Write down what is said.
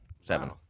Seven